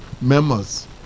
members